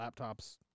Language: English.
Laptops